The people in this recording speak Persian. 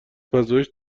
پژوهش